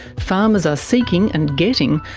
farmers are seeking, and getting,